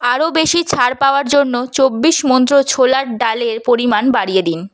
আরও বেশি ছাড় পাওয়ার জন্য চব্বিশ মন্ত্র ছোলার ডালের পরিমাণ বাড়িয়ে দিন